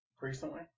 Recently